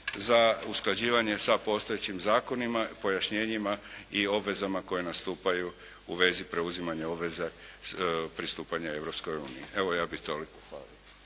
za usklađivanje sa postojećim zakonima, pojašnjenjima i obvezama koje nastupaju u vezi preuzimanja obveza pristupanja Europskoj uniji. Evo ja bih toliko, hvala.